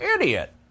idiot